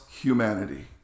humanity